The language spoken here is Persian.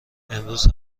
امروز